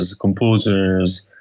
composers